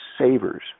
savers